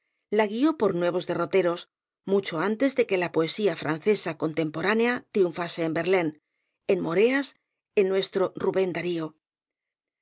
la guió por nuevos derroteros mucho antes de que la poesía francesa contemporánea triunfase en verlaine en moreas en nuestro rubén darío